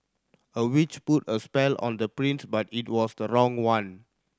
a witch put a spell on the prince but it was the wrong one